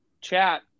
chat